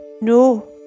no